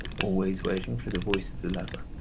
always waiting for the voice of the lover,